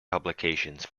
publications